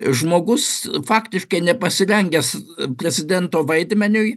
žmogus faktiškai nepasirengęs prezidento vaidmeniui